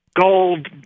gold